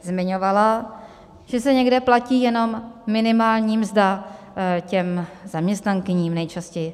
Zmiňovala, že se někde platí jenom minimální mzda těm zaměstnankyním, nejčastěji.